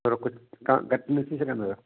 थोरो कुझु तव्हां घटि न थी सघंदो या